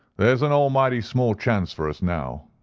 there's an almighty small chance for us now!